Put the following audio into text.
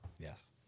Yes